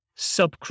Sub